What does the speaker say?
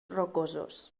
rocosos